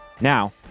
Now